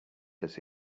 does